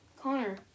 Connor